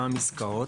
מע"מ עסקאות,